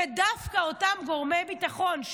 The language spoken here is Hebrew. דווקא אותם גורמי ביטחון,